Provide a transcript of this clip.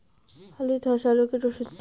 আলুর ধসা রোগের ওষুধ কি?